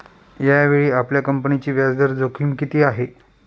यावेळी आपल्या कंपनीची व्याजदर जोखीम किती आहे?